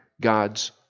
God's